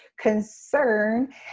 concern